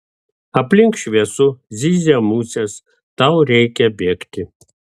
aplink šviesu zyzia musės tau reikia bėgti